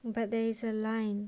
but there is a line